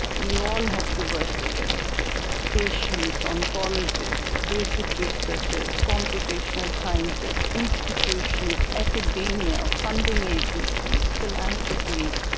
we all have to work together patients, oncologists, basic researchers, computational scientists, institutions, academia, funding agencies, philanthropies.